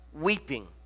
weeping